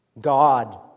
God